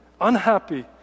unhappy